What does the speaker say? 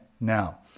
now